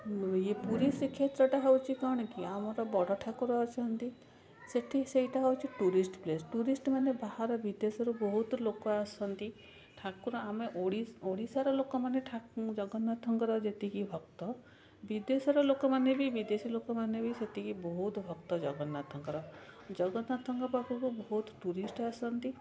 ଇଏ ପୁରୀ ଶ୍ରୀକ୍ଷେତ୍ରଟା ହେଉଛି କ'ଣ କି ଆମର ବଡ଼ ଠାକୁର ଅଛନ୍ତି ସେଇଠି ସେଇଟା ହେଉଛି ଟୁରିଷ୍ଟ ପ୍ଲେସ୍ ଟୁରିଷ୍ଟମାନେ ବାହାର ବିଦେଶରୁ ବହୁତ ଲୋକ ଆସନ୍ତି ଠାକୁର ଆମ ଓଡ଼ିଶାର ଲୋକମାନେ ଜଗନ୍ନାଥଙ୍କର ଯେତିକି ଭକ୍ତ ବିଦେଶର ଲୋକମାନେ ବି ବିଦେଶୀ ଲୋକମାନେ ବି ସେତିକି ବହୁତ ଭକ୍ତ ଜଗନ୍ନାଥଙ୍କର ଜଗନ୍ନାଥଙ୍କ ପାଖକୁ ବହୁତ ଟୁରିଷ୍ଟ ଆସନ୍ତି